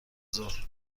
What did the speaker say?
ظهر